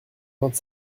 vingt